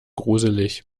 gruselig